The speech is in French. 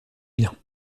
bien